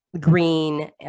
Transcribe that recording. green